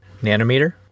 Nanometer